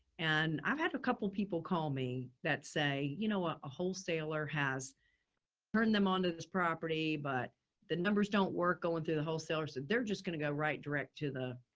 and i've had a couple people call me that say, you know, ah a wholesaler has burn them onto this property, but the numbers don't work going through the wholesaler, so they're just going to go right direct to the,